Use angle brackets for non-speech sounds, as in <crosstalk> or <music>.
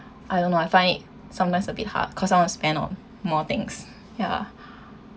I don't know I find it sometimes a bit hard 'cause I want to spend on more things ya <breath>